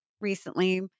recently